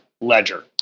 ledger